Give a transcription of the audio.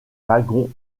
wagons